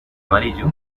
amarillo